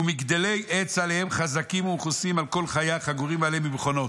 ומגדלי עץ עליהם חזקים ומכוסים על כל חיה חגורים עליהם במכונות".